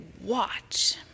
watch